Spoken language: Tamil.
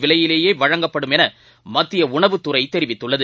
விலையிலேயே வழங்கப்படும் என மத்திய உணவுத்துறை தெரிவித்துள்ளது